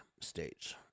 stage